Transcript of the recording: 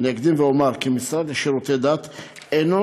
אני אקדים ואומר כי המשרד לשירותי דת אינו